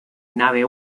nave